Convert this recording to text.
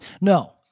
No